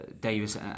Davis